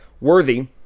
worthy